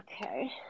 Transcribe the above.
Okay